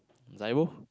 Zaibo